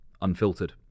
Unfiltered